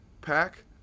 pack